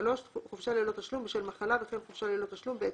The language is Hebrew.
חופשה ללא תשלום בשל מחלה וכן חופשה ללא תשלום בעת